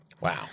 Wow